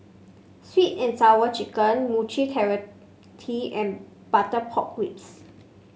sweet and Sour Chicken Mochi and Butter Pork Ribs